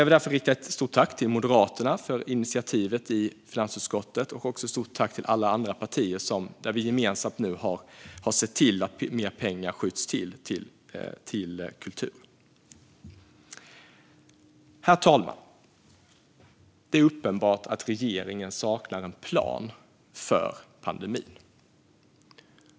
Jag vill rikta ett stort tack till Moderaterna för initiativet i finansutskottet. Jag vill också rikta ett stort tack till alla andra partier när vi nu gemensamt har sett till att det skjuts till mer pengar till kultur. Herr talman! Det är uppenbart att regeringen saknar en plan för pandemin.